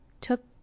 took